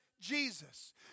Jesus